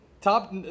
top